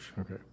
Okay